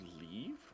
leave